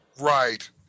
Right